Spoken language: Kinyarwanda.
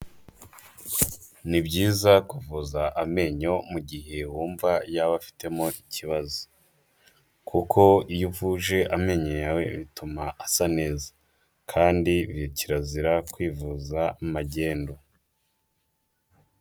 Ni byiza kuvuza amenyo mu gihe wumva yaba afitemo ikibazo kuko iyo uvuje amenyo yawe bituma asa neza kandi kirazira kwivuza magendu.